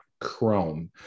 chrome